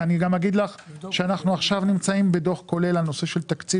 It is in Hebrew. ואני גם אגיד לךְ שאנחנו עכשיו נמצאים בדוח כולל על נושא של תקציב